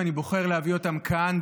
ואני בוחר להביא אותן כאן,